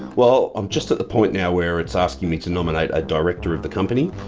well, i'm just at the point now where it's asking me to nominate a director of the company,